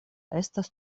estas